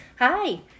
Hi